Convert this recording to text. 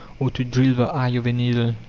or to drill the eye of a needle.